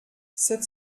sept